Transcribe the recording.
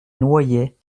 noyait